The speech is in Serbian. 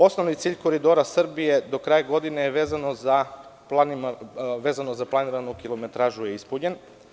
Osnovni cilj „Koridora Srbije“ do kraja godine, vezano za planiranu kilometražu, je ispunjen.